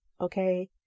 okay